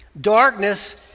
darkness